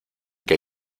que